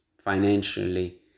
financially